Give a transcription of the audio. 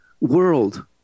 world